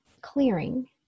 clearing